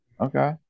okay